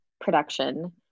production